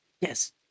Yes